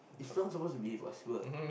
is not supposed to be impossible